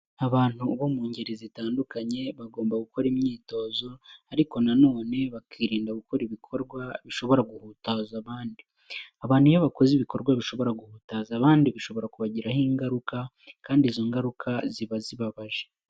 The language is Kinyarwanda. Abantu bo mu ngeri zitandukanye, bagomba gukora imyitozo ariko na none bakirinda gukora ibikorwa bishobora guhutaza abandi. Abantu iyo bakoze ibikorwa bishobora guhutaza abandi, bishobora kubagiraho ingaruka kandi izo ngaruka ziba zibabaje.